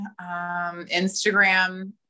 Instagram